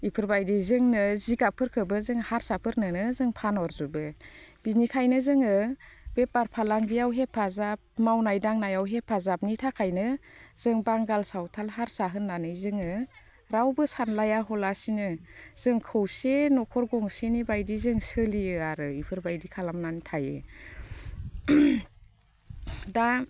बेफोरबायदि जोंनो जिगाबफोरखौबो जों हारसाफोरनोनो जों फानहर जोबो बेनिखायनो जोङो बेफार फालांगियाव हेफाजाब मावनाय दांनायाव हेफाजाबनि थाखायनो जों बांगाल सावथाल हारसा होननानै जोङो रावबो सानलाया हवालासिनो जों खौसे न'खर गंसेनि बायदि जों सोलियो आरो बेफोरबायदि खालामनानै थायो दा